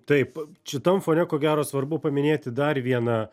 taip šitam fone ko gero svarbu paminėti dar vieną